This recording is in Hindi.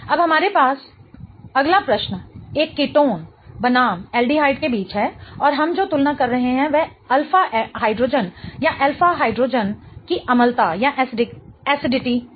अब हमारे पास अगला प्रश्न एक कीटोन बनाम एल्डिहाइड के बीच है और हम जो तुलना कर रहे हैं वह अल्फा हाइड्रोजन या अल्फा हाइड्रोजन की अम्लता हैसही है